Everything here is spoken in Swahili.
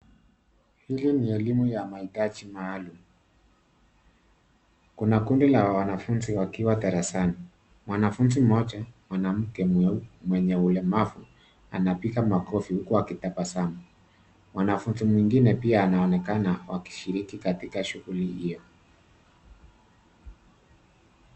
Hili ni elimu ya mahitaji maalum. Kuna kundi la wanafunzi wakiwa darasani, mwanafunzi mmoja mwanamke mwenye ulemavu anapiga makofi huku akitabasamu. Mwanafunzi mwingine pia anaonekana akishiriki katika shughuli hiyo.